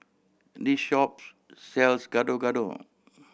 this shop sells Gado Gado